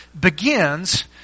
begins